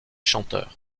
chanteur